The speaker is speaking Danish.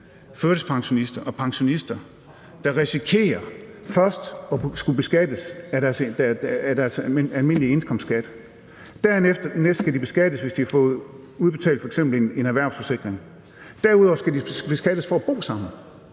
førtidspensionist eller pensionist. De risikerer først at skulle beskattes af deres indkomst, altså den almindelige indkomstskat, dernæst skal de beskattes, hvis de har fået udbetalt f.eks. en erhvervsforsikring, derudover skal de beskattes, fordi de bor sammen,